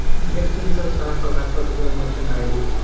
gets the results back for that particular merchant id,